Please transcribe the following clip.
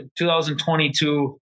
2022